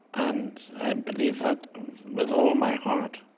and i believe that with all my heart,